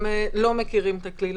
הם לא מכירים את הכלי,